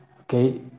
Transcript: okay